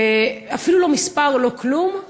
ואפילו לא מספר ולא כלום.